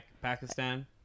Pakistan